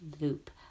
loop